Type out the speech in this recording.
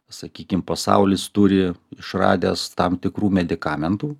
sakykim pasaulis turi išradęs tam tikrų medikamentų